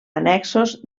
annexos